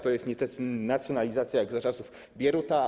To jest nacjonalizacja jak za czasów Bieruta.